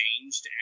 changed